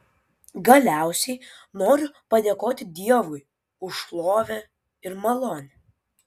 galiausiai noriu padėkoti dievui už šlovę ir malonę